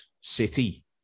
city